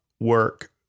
work